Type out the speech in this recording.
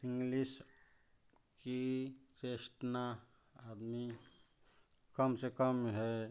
English की चेष्टना कम से कम है